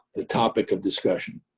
a topic of discussion.